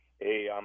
Hey